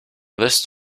list